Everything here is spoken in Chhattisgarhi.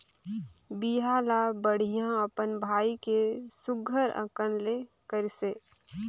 बिहा ल बड़िहा अपन भाई के सुग्घर अकन ले करिसे